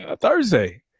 Thursday